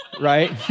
right